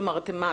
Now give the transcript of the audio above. כלומר אתם מה,